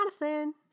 Madison